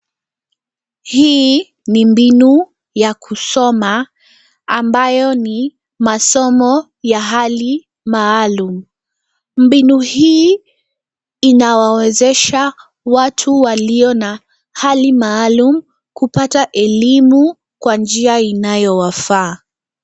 Hii ni mbinu ya kusoma, ambayo ni masomo ya hali maalumu. Mbinu hii inawawezesha watu walio na hali maalumu kupata elimu kwa njia inayo wafaa.